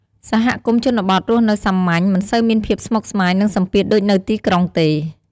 សហគមន៍ជនបទរស់នៅសាមញ្ញ មិនសូវមានភាពស្មុគស្មាញ និងសម្ពាធដូចនៅទីក្រុងទេ។